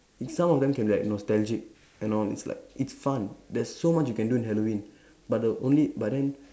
if some of them can be like nostalgic and all it's like it's fun there's so much you can do in Halloween but the only but then